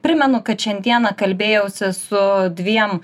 primenu kad šiandieną kalbėjausi su dviem